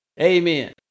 Amen